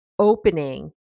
opening